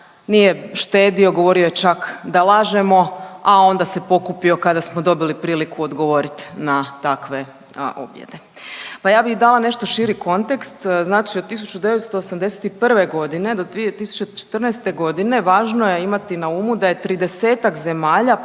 Nije štedio, govorio je čak da lažemo, a onda se pokupio kada smo dobili priliku odgovorit na takve objede. Pa ja bih dala nešto širi kontekst. Znači od 1981. godine do 2014. godine važno je imati na umu da je 30-ak zemalja